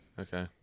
Okay